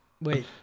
Wait